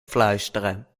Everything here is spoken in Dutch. fluisteren